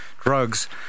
drugs